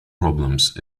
problems